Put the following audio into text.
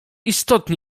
posiada